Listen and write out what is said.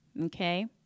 okay